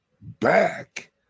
back